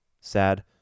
Sad